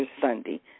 Sunday